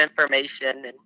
information